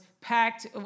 packed